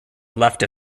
left